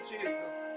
Jesus